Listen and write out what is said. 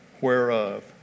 whereof